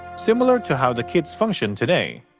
similar to how the kits function today.